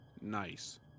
Nice